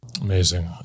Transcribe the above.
Amazing